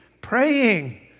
praying